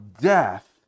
death